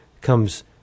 comes